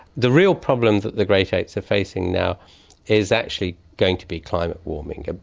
the real problems that the great apes are facing now is actually going to be climate warming. ah